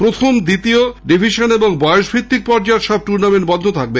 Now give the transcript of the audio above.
প্রথম দ্বিতীয় ডিভিশন ও বয়সভিত্তিক পর্যায়ের সব টুর্নামেন্ট বন্ধ থাকবে